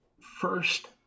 first